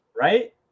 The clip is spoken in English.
right